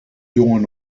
jongen